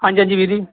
हंजी हंजी